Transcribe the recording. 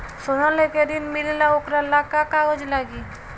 सोना लेके ऋण मिलेला वोकरा ला का कागज लागी?